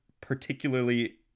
particularly